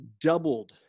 doubled